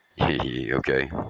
Okay